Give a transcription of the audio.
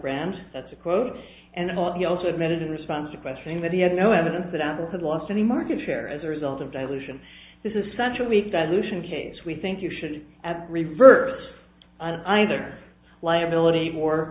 brand that's a quote and he also admitted in response to questioning that he had no evidence that apple had lost any market share as a result of dilution this is such a week that lucian case we think you should reverse either liability or